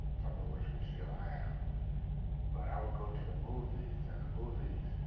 some of which we still have but i would go to the movies, and the movies